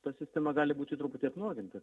ta sistema gali būti truputį apnuoginta